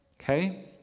Okay